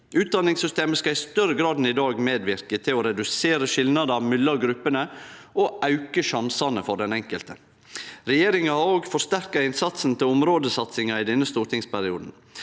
Utdanningssystemet skal i større grad enn i dag medverke til å redusere skilnadar mellom gruppene og auke sjansane for den enkelte. Regjeringa har òg forsterka innsatsen til områdesatsinga i denne stortingsperioden,